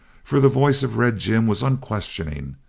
for the voice of red jim was unquestioning,